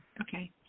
Okay